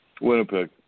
Winnipeg